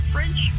French